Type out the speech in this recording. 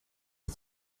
are